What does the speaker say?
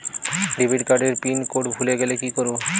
Debit card এর pin code ভুলে গেলে কি করব?